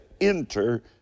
enter